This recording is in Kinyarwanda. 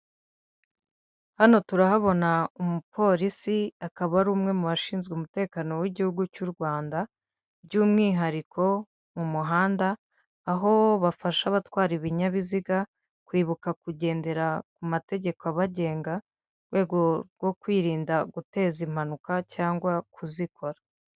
Hano turahabona umupolisi akaba ari umwe mu bashinzwe umutekano w'igihugu cy'u Rwanda, by'umwihariko mu muhanda, aho bafasha abatwara ibinyabiziga kwibuka kugendera ku mategeko abagenga mu rwego rwo kwirinda guteza impanuka cyangwa kuzikora.